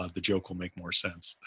ah the joke will make more sense.